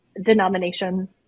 denomination